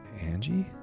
Angie